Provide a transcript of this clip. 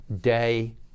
day